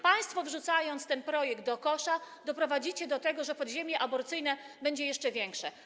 Państwo, wyrzucając ten projekt do kosza, doprowadzicie do tego, że podziemie aborcyjne będzie jeszcze większe.